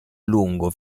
lungo